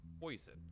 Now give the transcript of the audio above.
poison